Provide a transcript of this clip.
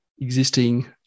existing